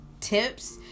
tips